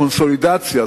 קונסולידציה,